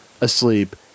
asleep